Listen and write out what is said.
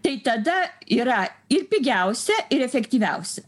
tai tada yra ir pigiausia ir efektyviausia